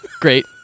Great